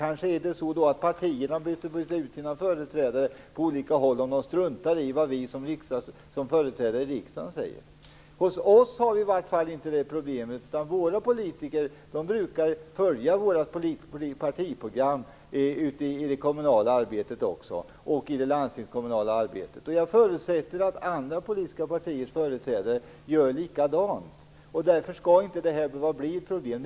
Kanske partierna behöver byta ut sina företrädare på olika håll, om de struntar i vad vi som företräder riksdagen säger. Hos oss har vi inte det problemet, utan våra politiker stöder våra partiprogram ute i det kommunala arbetet och i det landstingskommunala arbetet. Jag förutsätter att andra politiska partiers företrädare gör likadant. Därför skall det här inte behöva bli något problem.